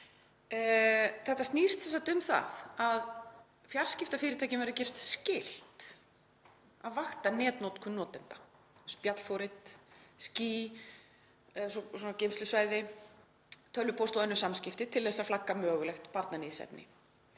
Þetta snýst um það að fjarskiptafyrirtækjum verði gert skylt að vakta netnotkun notenda, spjallforrit, ský eða geymslusvæði, tölvupósta og önnur samskipti til að flagga mögulegt barnaníðsefni.